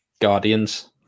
Guardians